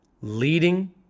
leading